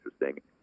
interesting